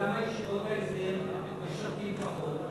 למה ישיבות ההסדר משרתים פחות?